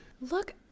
Look